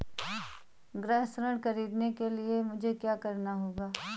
गृह ऋण ख़रीदने के लिए मुझे क्या करना होगा?